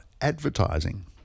advertising